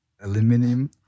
aluminum